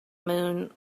moon